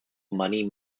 money